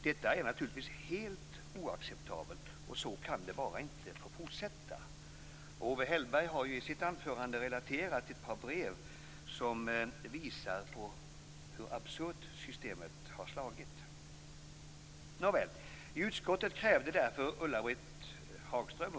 Detta är naturligtvis helt oacceptabelt, och så kan det bara inte få fortsätta. Owe Hellberg har ju i sitt anförande relaterat till ett par brev som visar hur absurt systemet har slagit.